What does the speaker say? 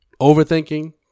overthinking